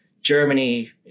Germany